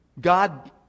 God